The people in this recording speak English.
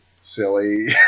silly